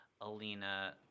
Alina